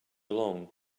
along